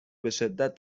بشدت